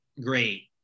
great